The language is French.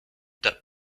top